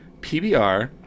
PBR